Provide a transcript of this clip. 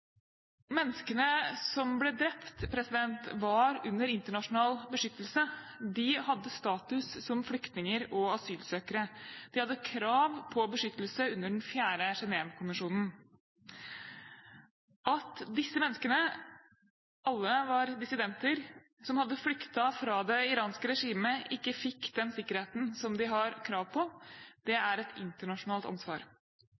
Menneskene som ble drept, var under internasjonal beskyttelse. De hadde status som flyktninger og asylsøkere. De hadde krav på beskyttelse under den 4. Genèvekonvensjonen. At disse menneskene – alle var dissidenter som hadde flyktet fra det iranske regimet – ikke fikk den sikkerheten som de har krav på,